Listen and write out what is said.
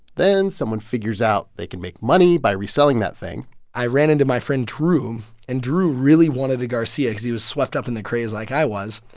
then, someone figures out they can make money by reselling that thing i ran into my friend drew. and drew really wanted a garcia cause he was swept up in the craze like i was.